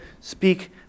speak